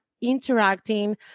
interacting